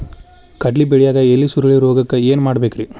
ಕಡ್ಲಿ ಬೆಳಿಯಾಗ ಎಲಿ ಸುರುಳಿರೋಗಕ್ಕ ಏನ್ ಮಾಡಬೇಕ್ರಿ?